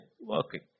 working